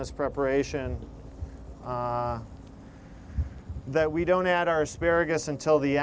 this preparation that we don't add our asparagus until the